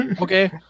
okay